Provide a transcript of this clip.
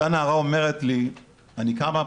אותה נערה אומרת לי 'אני קמה,